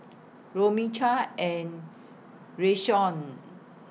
Romie Chaz and Rayshawn